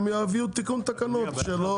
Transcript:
הם יביאו תיקון תקנות שלא...